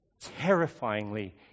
terrifyingly